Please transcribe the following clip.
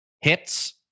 Hits